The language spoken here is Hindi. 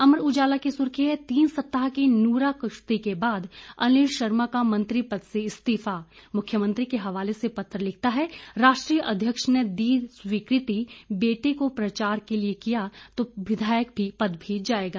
अमर उजाला की सुर्खी है तीन सप्ताह की नूराकुश्ती के बाद अनिल शर्मा का मंत्री पद से इस्तीफा मुख्यमंत्री के हवाले से पत्र लिखता है राष्ट्रीय अध्यक्ष ने दी स्वीकृति बेटे को लिए प्रचार किया तो विधायक पद भी जाएगा